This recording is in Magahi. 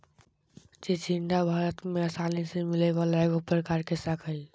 चिचिण्डा भारत में आसानी से मिलय वला एगो प्रकार के शाक हइ